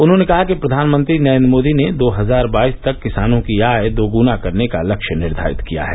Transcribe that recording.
उन्होंने कहा कि प्रधानमंत्री नरेन्द्र मोदी ने दो हजार बाईस तक किसानों की आय दोग्ना करने का लक्ष्य निर्धारित किया है